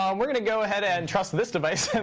um we're going to go ahead and trust this device and